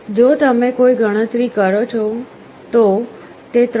જો તમે કોઈ ગણતરી કરો છો તો તે 3